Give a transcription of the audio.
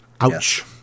ouch